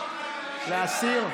להסיר.